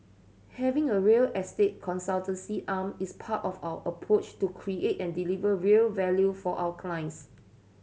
having a real estate consultancy arm is part of our approach to create and deliver real value for our clients